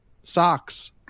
socks